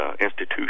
institution